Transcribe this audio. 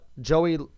Joey